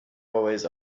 always